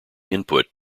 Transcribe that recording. input